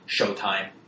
Showtime